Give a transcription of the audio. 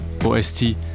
OST